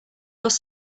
bus